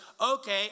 okay